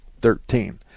Thirteen